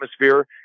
atmosphere